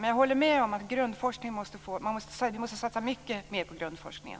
Men jag håller med om att vi måste satsa mycket mer på grundforskningen.